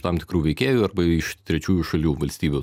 tam tikrų veikėjų arba iš trečiųjų šalių valstybių